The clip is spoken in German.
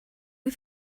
wie